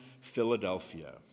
Philadelphia